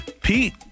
Pete